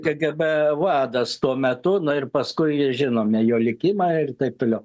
kgb vadas tuo metu na ir paskui žinome jo likimą ir taip toliau